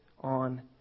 on